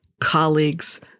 colleagues